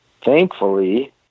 thankfully